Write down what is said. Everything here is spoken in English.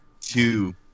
Two